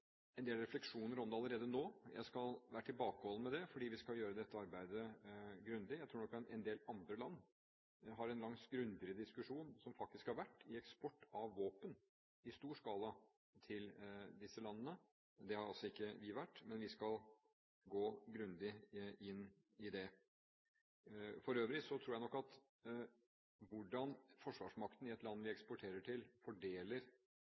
en del refleksjoner om det allerede nå. Jeg skal være tilbakeholden med det, for vi skal gjøre dette arbeidet grundig. Jeg tror nok en del andre land har en langt grundigere diskusjon – som faktisk har vært – om eksport av våpen i stor skala til disse landene. Der har altså ikke vi vært, men vi skal gå grundig inn i det. For øvrig tror jeg nok at hvordan forsvarsmakten i et land vi eksporterer til, fordeler